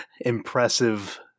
impressive